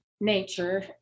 nature